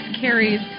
carries